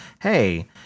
hey